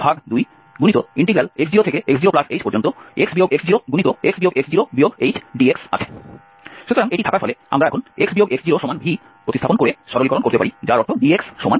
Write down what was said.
সুতরাং এটি থাকার ফলে আমরা এখন x x0v প্রতিস্থাপন করে সরলীকরণ করতে পারি যার অর্থ dxdv